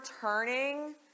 turning